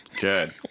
Good